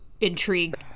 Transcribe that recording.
intrigued